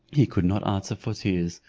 he could not answer for tears,